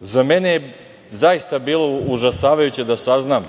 Za mene je zaista bilo užasavajuće da saznam